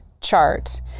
chart